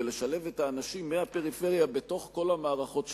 ולשלב את האנשים מהפריפריה בכל המערכות שלנו.